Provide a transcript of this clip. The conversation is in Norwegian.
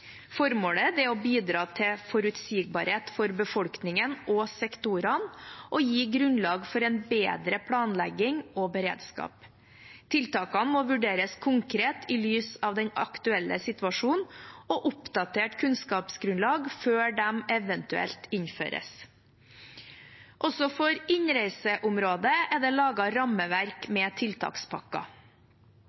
Formålet er å bidra til forutsigbarhet for befolkningen og sektorene, og gi grunnlag for en bedre planlegging og beredskap. Tiltakene må vurderes konkret i lys av den aktuelle situasjonen og oppdatert kunnskapsgrunnlag, før de eventuelt innføres. Også for innreiseområdet er det laget rammeverk med tiltakspakker.